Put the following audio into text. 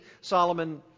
Solomon